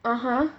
(uh huh)